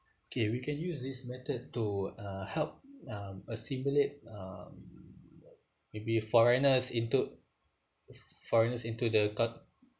okay we can use this method to uh help um assimilate um maybe foreigners into foreigners into the coun~